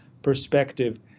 perspective